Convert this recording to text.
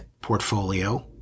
portfolio